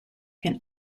can